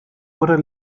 oder